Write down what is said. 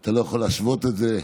אתה לא יכול להשוות את זה,